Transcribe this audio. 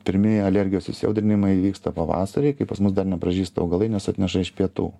pirmieji alergijos įsiaudrinimai įvyksta pavasarį kai pas mus dar nepražysta augalai nes atneša iš pietų